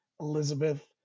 Elizabeth